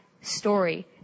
story